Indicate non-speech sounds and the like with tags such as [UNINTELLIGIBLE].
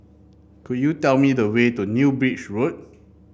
could you tell me the way to New [UNINTELLIGIBLE] Road